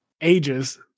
ages